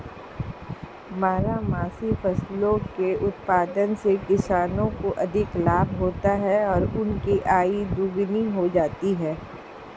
बारहमासी फसलों के उत्पादन से किसानों को अधिक लाभ होता है और उनकी आय दोगुनी हो जाती है